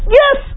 yes